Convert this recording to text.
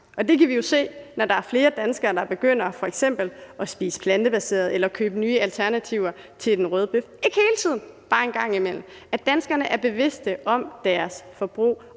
Det kan vi jo se, når der er flere danskere, der f.eks. begynder at spise plantebaseret eller købe nye alternativer til den røde bøf – ikke hele tiden, bare en gang imellem. Danskerne er bevidste om deres forbrug